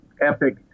epic